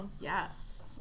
Yes